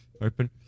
open